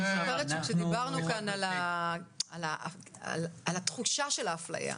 זוכרת כשדיברנו כאן על התחושה של האפליה,